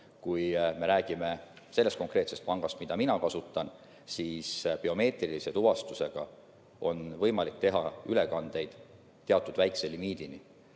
kui me räägime sellest konkreetsest pangast, mida mina kasutan, siis biomeetrilise tuvastusega on võimalik teha ülekandeid teatud väikese limiidini.